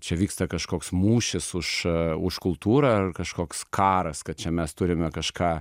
čia vyksta kažkoks mūšis už už kultūrą ar kažkoks karas kad čia mes turime kažką